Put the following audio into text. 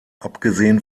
abgesehen